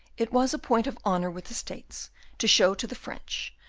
it was a point of honour with the states to show to the french,